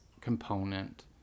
component